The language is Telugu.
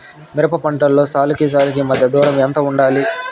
మిరప పంటలో సాలుకి సాలుకీ మధ్య దూరం ఎంత వుండాలి?